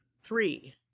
Three